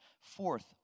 Fourth